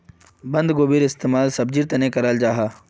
बन्द्गोभीर इस्तेमाल सब्जिर तने कराल जाहा